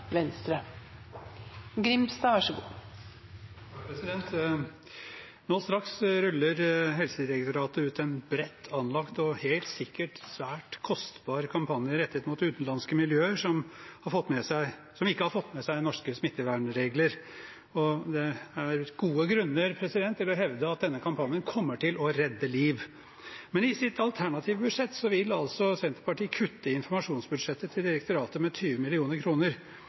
helt sikkert svært kostbar kampanje rettet mot utenlandske miljøer som ikke har fått med seg norske smittevernregler. Det er gode grunner til å hevde at denne kampanjen kommer til å redde liv. Men i sitt alternative budsjett vil altså Senterpartiet kutte i informasjonsbudsjettet til direktoratet med 20